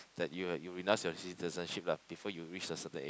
like you you renounce your citizenship lah before you reach a certain age